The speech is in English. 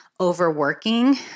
overworking